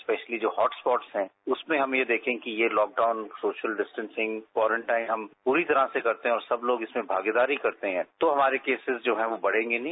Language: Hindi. स्पेशली जो हॉटस्पॉट हैं उसमें हम यह देखे ें कि ये तॉकडाउन सोशल डिस्टेसिंग क्वारंटाइन हम पूरी तरह से करते हैं और सब लोग उसमें भागीदारी करते हैं तो हमारे कंसिस जो हैं वो बढ़ेंगे नहीं